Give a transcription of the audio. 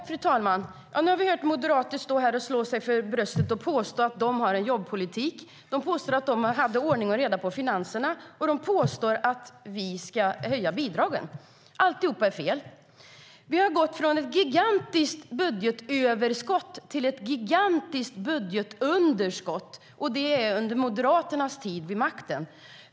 Fru talman! Nu har vi hört moderater stå här och slå sig för bröstet och påstå att de har en jobbpolitik. De påstår att de hade ordning och reda på finanserna, och de påstår att vi ska höja bidragen. Alltihop är fel. Vi har gått från ett gigantiskt budgetöverskott till ett gigantiskt budgetunderskott, och det är under Moderaternas tid vid makten.